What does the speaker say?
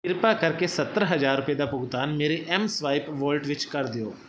ਕਿਰਪਾ ਕਰਕੇ ਸੱਤਰ ਹਜ਼ਾਰ ਰੁਪਏ ਦਾ ਭੁਗਤਾਨ ਮੇਰੇ ਐੱਮ ਸਵਾਇਪ ਵਾਲਟ ਵਿੱਚ ਕਰ ਦਿਓ